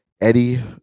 Eddie